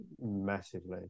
massively